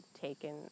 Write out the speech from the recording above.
taken